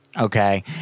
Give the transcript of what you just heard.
okay